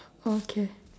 okay